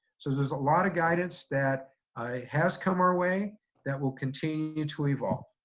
so there's a lot of guidance that has come our way that will continue to evolve.